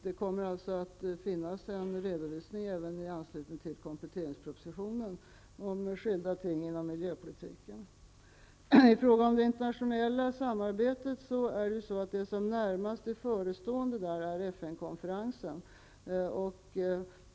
Det kommer alltså även i anslutning till kompletteringspropositionen att finnas en redovisning av skilda ting inom miljöpolitiken. I fråga om det internationella samarbetet är det som närmast är förestående FN-konferensen.